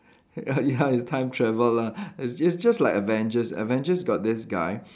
ya it's like time travel lah it's it's just like Avengers Avengers got this guy